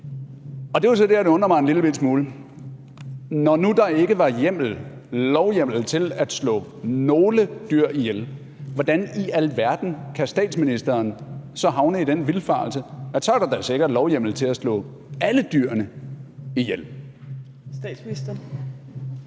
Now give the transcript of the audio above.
Det er jo så der, det undrer mig en lillebitte smule. Når nu der ikke var hjemmel, lovhjemmel, til at slå nogle dyr ihjel, hvordan i alverden kan statsministeren så havne i den vildfarelse, at så er der da sikkert lovhjemmel til at slå alle dyrene ihjel?